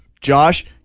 Josh